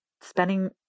Spending